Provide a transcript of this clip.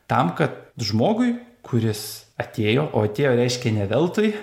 tam kad žmogui kuris atėjo o atėjo reiškia ne veltui